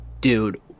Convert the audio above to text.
Dude